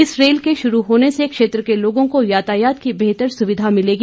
इस रेल के शुरू होने से क्षेत्र के लोगों को यातायात की बेहतर सुविधा मिलेगी